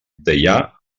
deià